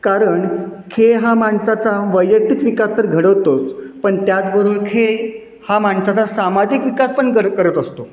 कारण खेळ हा माणसाचा वैयक्तिक विकास तर घडवतोच पण त्याचबरोबर खेळ हा माणसाचा सामाजिक विकास पण कर करत असतो